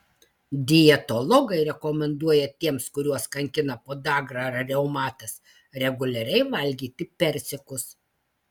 dietologai rekomenduoja tiems kuriuos kankina podagra ar reumatas reguliariai valgyti persikus